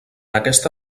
aquesta